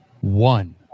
one